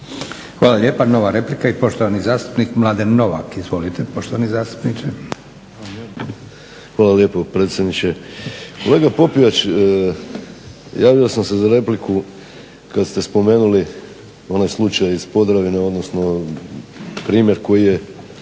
Hvala lijepa. Nova replika i poštovani zastupnik Mladen Novak. Izvolite poštovani zastupniče. **Novak, Mladen (Hrvatski laburisti - Stranka rada)** Hvala lijepo predsjedniče. Kolega Popijač javio sam se za repliku kada ste spomenuli onaj slučaj iz Podravine odnosno primjer koji je